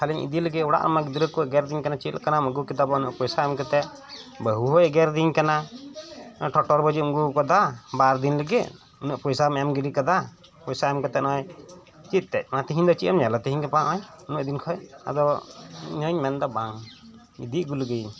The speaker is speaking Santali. ᱠᱷᱟᱞᱤᱧ ᱤᱫᱤᱞᱮᱫ ᱜᱮ ᱚᱲᱟᱜ ᱨᱮᱢᱟ ᱜᱤᱫᱽᱨᱟᱹᱠᱚ ᱮᱜᱮᱨᱤᱧ ᱠᱟᱱᱟ ᱪᱮᱫ ᱞᱮᱠᱟ ᱵᱟᱢ ᱟᱹᱜᱩᱠᱮᱫᱟ ᱩᱱᱟᱹᱜ ᱯᱚᱭᱥᱟ ᱮᱢᱠᱟᱛᱮᱫ ᱵᱟᱹᱦᱩ ᱦᱚᱸᱭ ᱮᱜᱮᱨ ᱤᱧ ᱠᱟᱱᱟ ᱱᱚᱜ ᱚᱭ ᱴᱷᱚᱴᱚᱨ ᱵᱟᱡᱤᱢ ᱟᱹᱜᱩ ᱟᱠᱟᱫᱟ ᱵᱟᱨᱫᱤᱱ ᱞᱟᱹᱜᱤᱫ ᱩᱱᱟᱹᱜ ᱯᱚᱭᱥᱟᱢ ᱮᱢᱜᱤᱰᱤ ᱠᱮᱫᱟ ᱯᱚᱭᱥᱟ ᱮᱢᱠᱟᱛᱮᱫ ᱱᱚᱜ ᱚᱭ ᱪᱮᱫ ᱛᱮᱫ ᱛᱮᱦᱮᱧᱫᱚ ᱪᱮᱫ ᱮᱢ ᱧᱮᱞᱟ ᱛᱮᱦᱮᱧ ᱜᱟᱯᱟ ᱱᱚᱜ ᱚᱭ ᱩᱱᱟᱹᱜ ᱫᱤᱱ ᱠᱷᱚᱱ ᱟᱫᱚ ᱤᱧᱦᱚᱧ ᱢᱮᱱᱫᱟ ᱵᱟᱝ ᱤᱫᱤ ᱟᱹᱜᱩ ᱞᱮᱜᱤᱧ